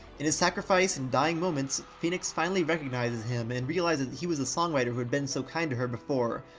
in his sacrifice and dying moments, phoenix finally recognizes him and realizes that he was the songwriter who had been so kind to her before,